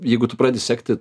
jeigu tu pradedi sekti